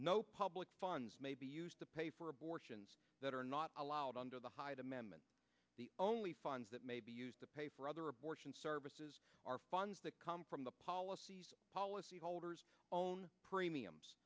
no public funds may be used to pay for abortions that are not allowed under the hyde amendment the only funds that may be used to pay for other abortion services are funds that come from the policies policyholders on premiums